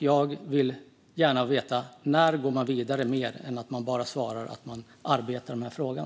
Jag vill gärna veta när man kommer att gå vidare och inte bara få svaret att man arbetar med frågan.